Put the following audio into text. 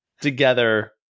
together